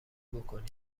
بکنی